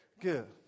good